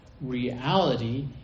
Reality